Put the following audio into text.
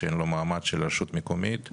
שאין לו מעמד של רשות מקומית.